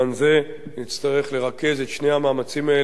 נצטרך לרכז את שני המאמצים האלה יחדיו,